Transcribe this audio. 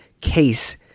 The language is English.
Case